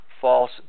false